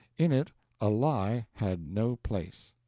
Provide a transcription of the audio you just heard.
in it a lie had no place.